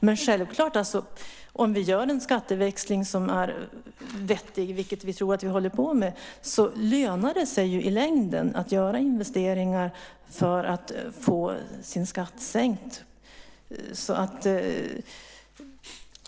Men om vi gör en skatteväxling som är vettig, vilket vi tror att vi håller på med, lönar det sig i längden att göra investeringar för att få sin skatt sänkt.